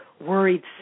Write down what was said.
Worried